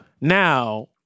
Now